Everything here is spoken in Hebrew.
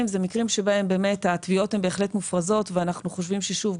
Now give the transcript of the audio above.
זה מקרים שבהם התביעות הן בהחלט מופרזות ואנחנו חושבים ששוב,